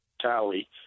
tally